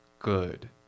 Good